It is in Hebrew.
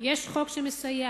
יש חוק מסייע,